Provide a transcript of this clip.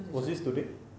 was this today